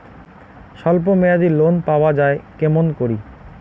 স্বল্প মেয়াদি লোন পাওয়া যায় কেমন করি?